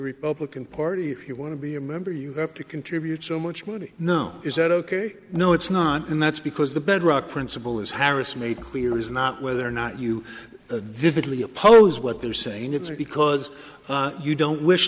republican party if you want to be a member you have to contribute so much money no is that ok no it's not and that's because the bedrock principle is harris made clear is not whether or not you though didley oppose what they're saying it's because you don't wish